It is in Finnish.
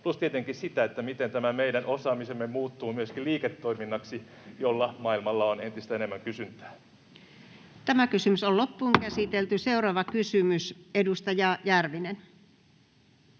plus tietenkin siihen, miten tämä meidän osaamisemme muuttuu myöskin liiketoiminnaksi, jolle maailmalla on entistä enemmän kysyntää. Seuraava kysymys, edustaja Järvinen.